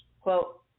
Quote